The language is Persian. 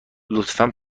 لطفا